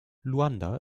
luanda